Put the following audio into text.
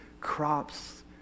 crops